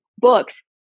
books